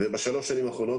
בשלוש השנים האחרונות,